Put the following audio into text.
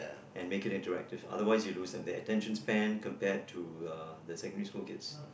and make it interactive otherwise you lose their attention span compared to uh the secondary school kids